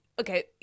Okay